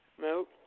Nope